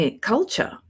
culture